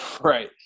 Right